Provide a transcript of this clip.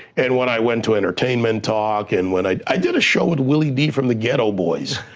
and when i went to entertainment talk and when i, i did a show with willie d from the geto boys.